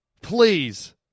please